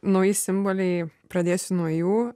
nauji simboliai pradėsiu nuo jų